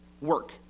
work